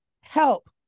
help